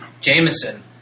Jameson